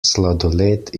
sladoled